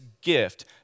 gift